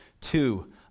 two